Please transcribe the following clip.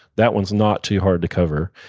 that one's not too hard to cover.